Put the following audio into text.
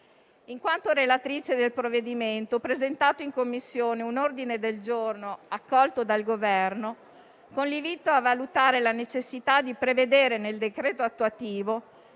In quanto relatrice del provvedimento, ho presentato in Commissione un ordine del giorno, accolto dal Governo, con l'invito a valutare la necessità di prevedere nel decreto attuativo